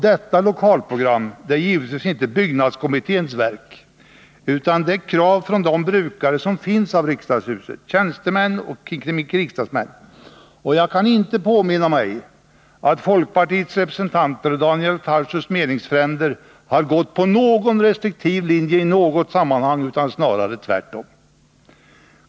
Detta lokalprogram är givetvis inte byggnadskommitténs verk utan krav från brukare av riksdagshuset — tjänstemän och riksdagsmän — och jag kan inte påminna mig att folkpartiets representanter, Daniel Tarschys meningsfränder, har gått på någon restriktiv linje i något sammanhang, snarare tvärtom.